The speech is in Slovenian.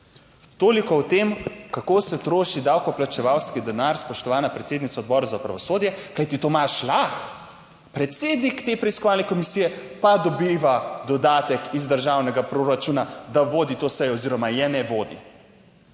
Toliko o tem, kako se troši davkoplačevalski denar, spoštovana predsednica Odbora za pravosodje, kajti Tomaž Lah, predsednik te preiskovalne komisije, pa dobiva dodatek iz državnega proračuna, da vodi to sejo oziroma je ne vodi,